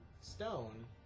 stone